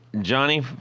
Johnny